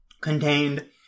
contained